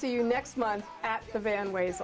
see you next month at the van ways